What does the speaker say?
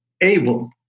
able